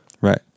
Right